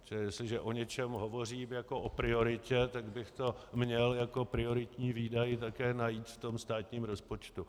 Čili jestliže o něčem hovořím jako o prioritě, tak bych to měl jako prioritní výdaj také najít ve státním rozpočtu.